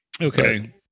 Okay